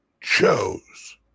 chose